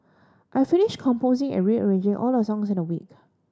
I finished composing and rearranging all the songs in a week